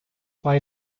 why